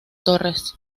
torres